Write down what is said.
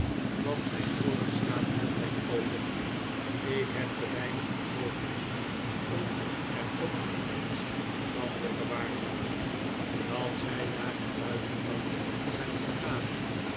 want mijn ooren staan altijd open ik heb te weinig vermogens om er ook maar iets van te verwaarloozen dat zij naar het buitenland zijn gegaan